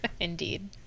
indeed